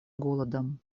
голодом